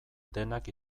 denak